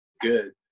good